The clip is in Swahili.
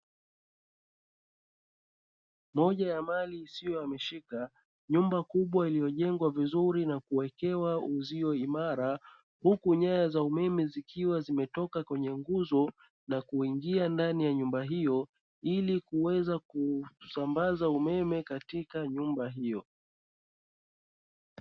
Moja ya mali isiyohamishika, nyumba kubwa iliyojengwa vizuri na kuwekewa uzio imara huku nyaya za umeme zikiwa zimetoka kwenye nguzo na kuingia ndani ya nyumba hiyo, ili kuweza kusambaza umeme katika nyumba hiyo.